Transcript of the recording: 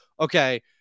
okay